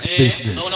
business